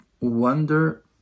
wonder